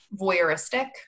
voyeuristic